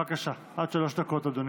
בבקשה, עד שלוש דקות, אדוני.